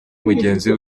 mugenzi